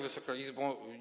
Wysoka Izbo!